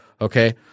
Okay